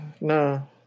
no